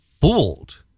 fooled